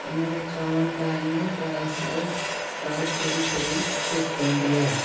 इनमें चवंदा आहिनि त हर साल थोरी थोरी खिसकंदी आहे